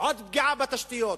עוד פגיעה בתשתיות,